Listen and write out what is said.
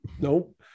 Nope